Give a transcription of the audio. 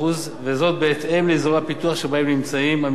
וזאת בהתאם לאזורי הפיתוח שבהם נמצאים המפעלים: